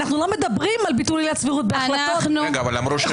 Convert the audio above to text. אנחנו לא מדברים על ביטול עילת סבירות בהחלטות לא חוקיות.